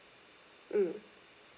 mm